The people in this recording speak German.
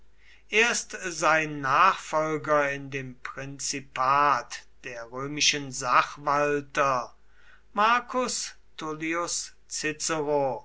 erst sein nachfolger in dem prinzipat der römischen sachwalter marcus tullius cicero